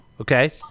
okay